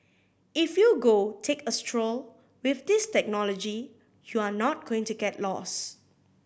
if you go take a stroll with this technology you're not going to get lost